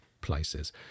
places